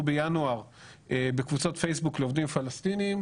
בינואר בקבוצות פייסבוק לעובדים פלסטינים.